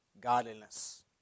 godliness